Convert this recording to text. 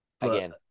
Again